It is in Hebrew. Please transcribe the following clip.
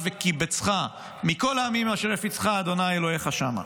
וקבצך מכל העמים אשר הפיצך ה' אלהיך שמה".